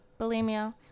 Bulimia